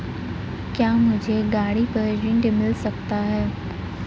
क्या मुझे गाड़ी पर ऋण मिल सकता है?